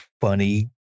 funny